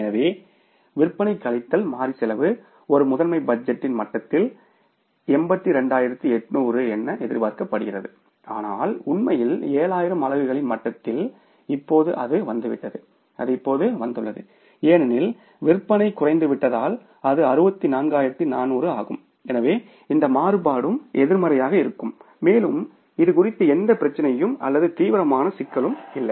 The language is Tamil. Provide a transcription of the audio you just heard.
எனவே விற்பனை கழித்தல் மாறி செலவு ஒரு மாஸ்டர் பட்ஜெட்டின் மட்டத்தில் 82800 என்ன எதிர்பார்க்கிறது ஆனால் உண்மையில் 7000 அலகுகளின் மட்டத்தில் இப்போது அது வந்துவிட்டது அது இப்போது வந்துள்ளது ஏனெனில் விற்பனை குறைந்துவிட்டதால் அது 64400 ஆகும் எனவே இந்த மாறுபாடும் எதிர்மறையாக இருக்கும் மேலும் இது குறித்து எந்த பிரச்சினையும் அல்லது தீவிரமான சிக்கலும் இல்லை